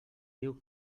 diu